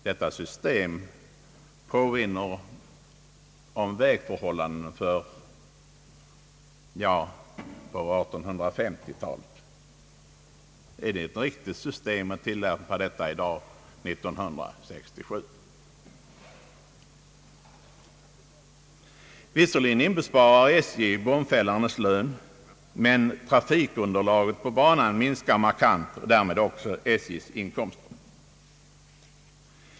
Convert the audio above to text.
Detta system påminner om vägförhållandena på 1850 talet. Är det riktigt att tillämpa ett sådant system år 1967? Visserligen inbesparar SJ bomfällarens lön, men trafikunderlaget på banan minskar markant och därmed också SJ:s inkomster.